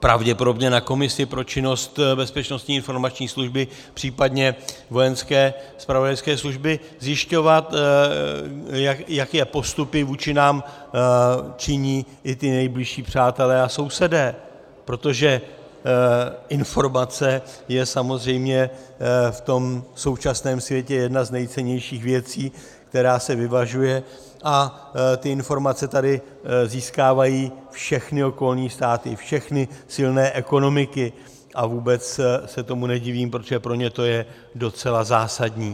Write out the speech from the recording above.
pravděpodobně na komisi pro činnost Bezpečnostní informační služby, případně Vojenské zpravodajské služby, zjišťovat, jaké postupy vůči nám činí i ti nejbližší přátelé a sousedé, protože informace je samozřejmě v současném světě jedna z nejcennějších věcí, která se vyvažuje, a ty informace tady získávají všechny okolní státy, všechny silné ekonomiky a vůbec se tomu nedivím, protože pro ně to je docela zásadní.